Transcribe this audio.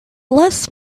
bless